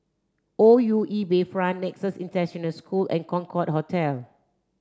O U E Bayfront Nexus International School and Concorde Hotel